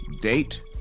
date